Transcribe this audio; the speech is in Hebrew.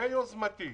ביוזמתי